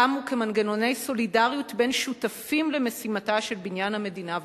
קמו כמנגנוני סולידריות בין שותפים למשימה של בניין המדינה והקמתה.